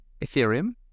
ethereum